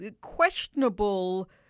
questionable